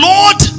Lord